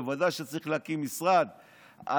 בוודאי שצריך היה להקים את משרד הדיגיטל,